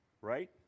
Right